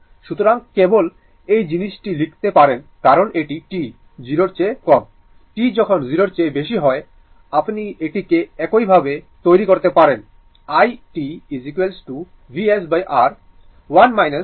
সুতরাং কেবল এই জিনিসটি লিখতে পারেন কারণ এটি t 0 এর কম t যখন 0 এর চেয়ে বেশি হয় আপনি এটিকে এইভাবে তৈরি করতে পারেন i t VsR 1 e t tτ u